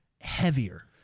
heavier